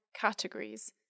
categories